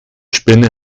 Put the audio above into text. spinne